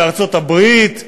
בארצות-הברית,